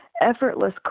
effortless